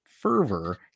fervor